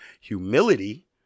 humility